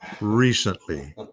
recently